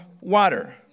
water